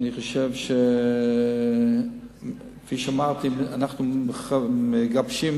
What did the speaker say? כפי שאמרתי, אנחנו מגבשים